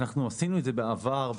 עשינו את זה בעבר,